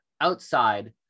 outside